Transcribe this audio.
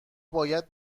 باید